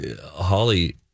Holly